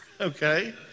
okay